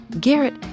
Garrett